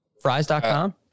Fries.com